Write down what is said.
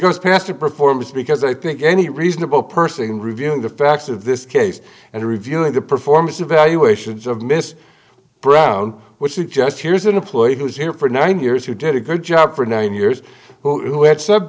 goes past her performance because i think any reasonable person can review the facts of this case and reviewing the performance evaluations of miss brown which suggests here's an employee who's here for nine years who did a good job for nine years who had s